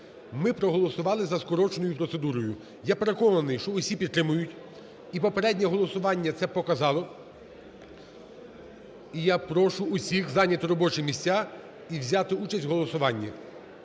ми проголосували за скороченою процедурою. Я переконаний, що усі підтримають, і попереднє голосування це показало. І я прошу усіх зайняти робочі місця, і взяти участь в голосуванні.